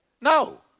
No